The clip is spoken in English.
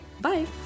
bye